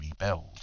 rebuild